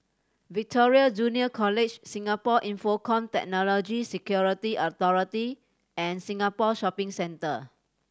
Victoria Junior College Singapore Infocomm Technology Security Authority and Singapore Shopping Centre